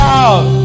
out